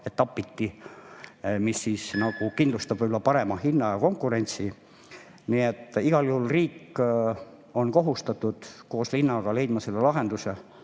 etapiti, see kindlustab võib-olla parema hinna ja konkurentsi. Nii et igal juhul riik on kohustatud koos linnaga leidma lahenduse,